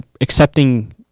accepting